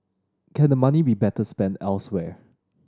can the money be better spent elsewhere